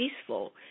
peaceful